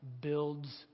builds